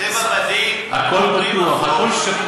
"אדם טבע ודין" אומרים הפוך.